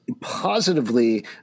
positively